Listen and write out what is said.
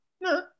No